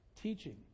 teaching